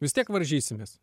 vis tiek varžysimės